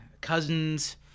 cousins